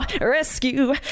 rescue